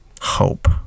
hope